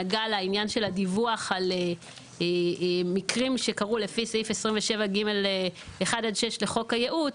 שנגעה לעניין הדיווח על מקרים שקרו לפי סעיף 27(ג)(6-1) לחוק הייעוץ,